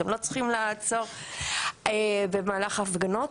אתם לא צריכים לעצור במהלך ההפגנות.